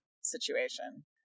situation